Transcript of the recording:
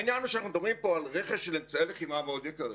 העניין הוא שאנחנו מדברים פה על רכש של אמצעי לחימה מאוד יקרים,